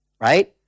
right